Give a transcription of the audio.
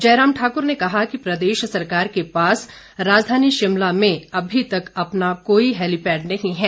जयराम ठाकुर ने कहा कि प्रदेश सरकार के पास राजधानी शिमला में अभी तक अपना कोई हैलीपैड नहीं है